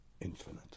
infinite